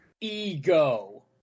Ego